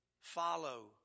Follow